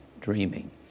dreaming